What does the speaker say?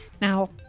Now